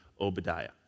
Obadiah